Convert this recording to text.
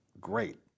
great